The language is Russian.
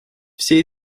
все